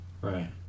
Right